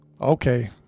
okay